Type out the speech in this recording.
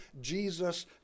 Jesus